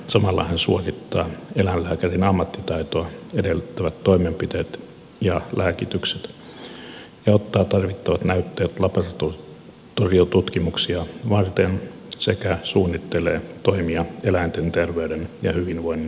samalla hän suorittaa eläinlääkärin ammattitaitoa edellyttävät toimenpiteet ja lääkitykset ja ottaa tarvittavat näytteet laboratoriotutkimuksia varten sekä suunnittelee toimia eläinten terveyden ja hyvinvoinnin parantamiseksi